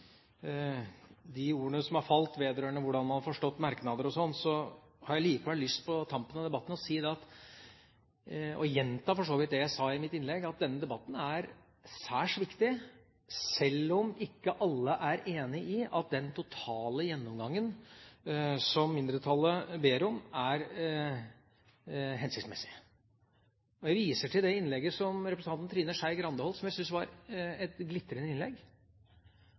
de ordene som er falt vedrørende hvordan man har forstått merknader og slikt, har jeg likevel på tampen av debatten lyst til å gjenta det jeg sa i mitt innlegg, at denne debatten er særs viktig, selv om ikke alle er enig i at den totale gjennomgangen som mindretallet ber om, er hensiktsmessig. Jeg viser til det innlegget som representanten Trine Skei Grande holdt. Jeg syns det var et glitrende innlegg,